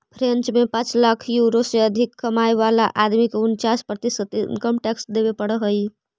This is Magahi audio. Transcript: फ्रेंच में पाँच लाख यूरो से अधिक कमाय वाला आदमी के उन्चास प्रतिशत इनकम टैक्स देवे पड़ऽ हई